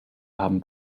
haben